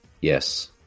Yes